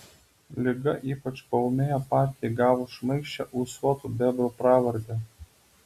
liga ypač paūmėjo partijai gavus šmaikščią ūsuotų bebrų pravardę